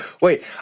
Wait